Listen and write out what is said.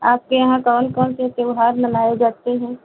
आपके यहाँ कौन कौन से त्योहार मनाए जाते हैं